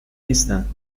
نیستند